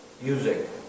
Music